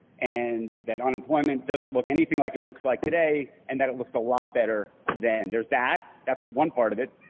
and that unemployment doesn't look anything like it looks like today, and that it looks a lot better than then. there's that. that's one part of it.